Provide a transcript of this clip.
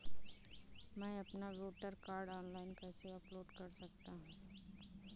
मैं अपना voter card online कैसे अपलोड कर सकता हूँ?